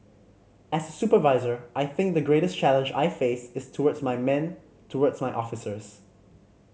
as a supervisor I think the greatest challenge I face is towards my men towards my officers